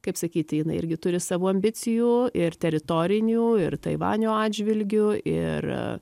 kaip sakyti jinai irgi turi savo ambicijų ir teritorinių ir taivanio atžvilgiu ir